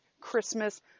Christmas